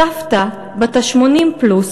הסבתא בת ה-80 פלוס